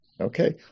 Okay